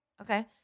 okay